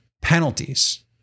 Penalties